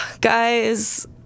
guys